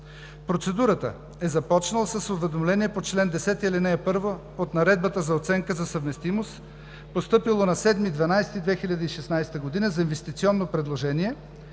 Процедурата е започнала с уведомление по чл. 10, ал 1 от Наредбата за оценка за съвместимост, постъпило на 17 декември 2016 г. за инвестиционно предложение: